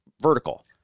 vertical